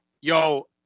yo